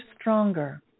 stronger